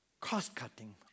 Cost-cutting